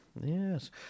Yes